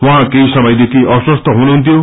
उहाँ केही समयदेखि अस्वस्थ हुनुहुन्थ्यो